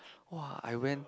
!wah! I went